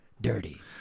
dirty